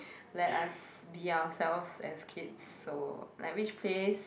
let us be ourselves as kid so like which place